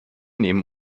nehmen